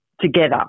together